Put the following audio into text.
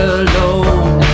alone